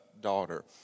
daughter